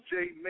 Jay